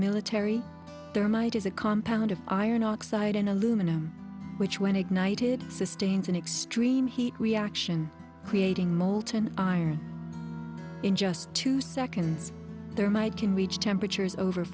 military thermite is a compound of iron oxide in aluminum which when ignited sustains an extreme heat reaction creating molten iron in just two seconds there might can reach temperatures over